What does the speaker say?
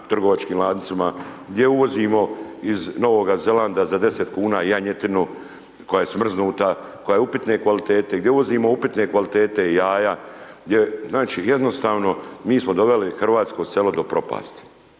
trgovačkim lancima, gdje uvozimo iz Novoga Zelanda za 10 kuna janjetinu koja je smrznuta, koja je upitne kvalitete, gdje uvozimo upitne kvalitete jaja, gdje znači jednostavno mi smo doveli hrvatsko selo do propasti.